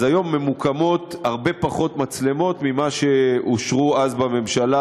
אז היום ממוקמות הרבה פחות מצלמות ממה שאושרו אז בממשלה,